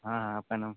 हाँ हाँ आपका नाम